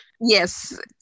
Yes